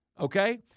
Okay